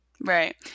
right